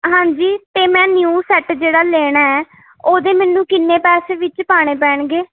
ਹਾਂਜੀ ਅਤੇ ਮੈਂ ਨਿਊ ਸੈੱਟ ਜਿਹੜਾ ਲੈਣਾ ਹੈ ਉਹਦੇ ਮੈਨੂੰ ਕਿੰਨੇ ਪੈਸੇ ਵਿੱਚ ਪਾਉਣੇ ਪੈਣਗੇ